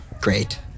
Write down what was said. great